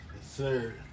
sir